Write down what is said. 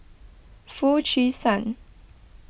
Foo Chee San